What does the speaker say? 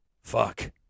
fuck